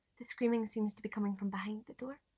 the screaming seems to be coming from behind the door.